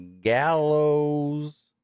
Gallows